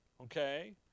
Okay